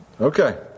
Okay